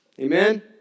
Amen